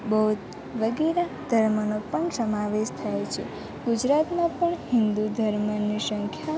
બૌદ્ધ વગેરે ધર્મનો પણ સમાવેશ થાય છે ગુજરાતમાં પણ હિન્દુ ધર્મની સંખ્યા